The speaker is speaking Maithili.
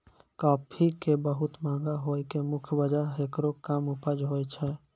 काफी के बहुत महंगा होय के मुख्य वजह हेकरो कम उपज होय छै